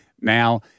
Now